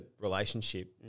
relationship